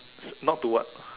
not to what